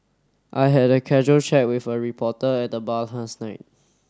I had a casual chat with a reporter at the bar last night